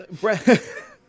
Breath